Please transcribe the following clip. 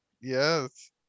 yes